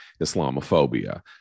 Islamophobia